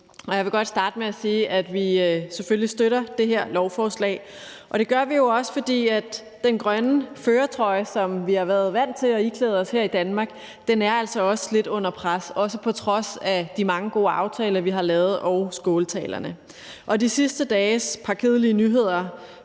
Jeg vil godt starte med at sige, at vi selvfølgelig støtter det her lovforslag. Det gør vi jo også, fordi den grønne førertrøje, som vi har været vant til at iklæde os her i Danmark, altså er lidt under pres, også på trods af de mange gode aftaler, vi har lavet, og skåltalerne. De sidste dages kedelige nyheder